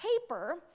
paper